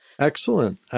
Excellent